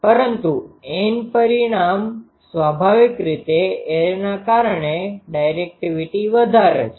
પરંતુ N પરિણામ સ્વાભાવિક રીતે એરેના કારણે ડાયરેક્ટિવિટી વધારે છે